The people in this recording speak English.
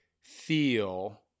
feel